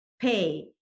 pay